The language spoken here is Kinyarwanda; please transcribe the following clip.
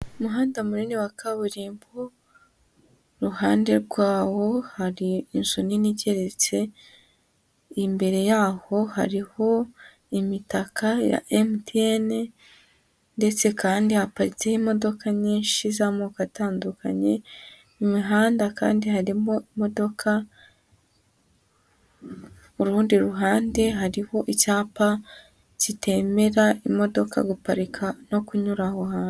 Umuhanda munini wa kaburimbo, iruhande rwawo hari inzu nini igeretse, imbere yaho hariho imitaka ya MTN ndetse kandi haparitseho imodoka nyinshi z'amoko atandukanye, mu mihanda kandi harimo imodoka, ku rundi ruhande hariho icyapa kitemera imodoka guparika no kunyura aho hantu.